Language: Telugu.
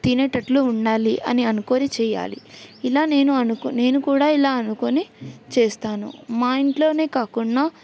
తినేటట్లు ఉండాలి అని అనుకొని చెయ్యాలి ఇలా నేను అనుకొని నేను కూడా ఇలా అనుకొనే చేస్తాను మా ఇంట్లోనే కాకుండా